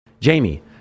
Jamie